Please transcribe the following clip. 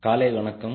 காலை வணக்கம்